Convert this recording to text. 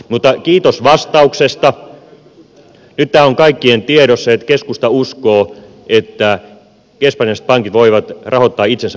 mutta kiitos vastauksesta nyt tämä on kaikkien tiedossa että keskusta uskoo että espanjalaiset pankit voivat rahoittaa itsensä markkinoilta